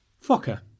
Fokker